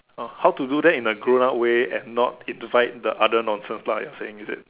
how to do it in a grown up way and not invite the other nonsense like what you're saying is it